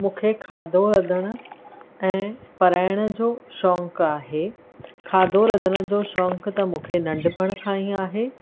मूंखे खाधो रधण ऐं पढ़ाइण जो शौक़ु आहे खाधो रधण जो शौक़ु त मूंखे नंढिपण खां ई आहे